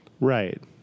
Right